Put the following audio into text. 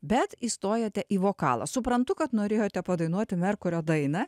bet įstojote į vokalą suprantu kad norėjote padainuoti merkurio dainą